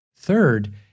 Third